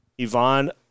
Ivan